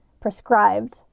prescribed